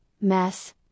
mess